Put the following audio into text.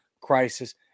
crisis